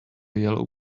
yellow